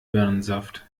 birnensaft